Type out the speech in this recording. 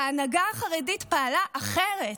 שההנהגה החרדית פעלה אחרת.